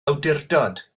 awdurdod